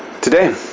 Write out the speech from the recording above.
Today